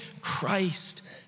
Christ